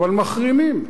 אבל מחרימים.